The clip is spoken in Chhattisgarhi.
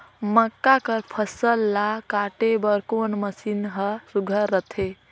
मक्का कर फसल ला काटे बर कोन मशीन ह सुघ्घर रथे?